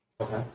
Okay